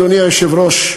אדוני היושב-ראש,